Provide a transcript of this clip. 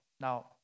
Now